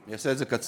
אני אעשה את זה קצר.